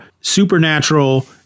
Supernatural